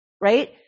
Right